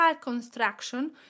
construction